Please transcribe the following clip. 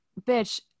bitch